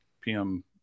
PM